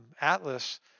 Atlas